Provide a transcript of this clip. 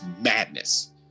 madness